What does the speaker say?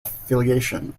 affiliation